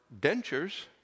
dentures